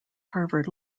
harvard